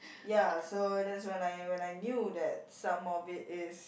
ya so that's when I when I knew that some of it is